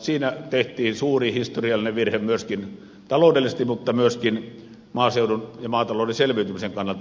siinä tehtiin suuri historiallinen virhe myöskin taloudellisesti mutta myöskin maaseudun ja maatalouden selviytymisen kannalta